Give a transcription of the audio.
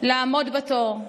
לעמוד בתור: